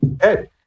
Hey